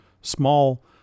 small